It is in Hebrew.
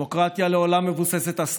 דמוקרטיה, לעולם מבוססת על הסכמה,